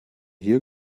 hier